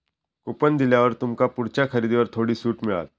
coupon दिल्यार तुमका पुढच्या खरेदीवर थोडी सूट मिळात